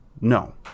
no